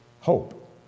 Hope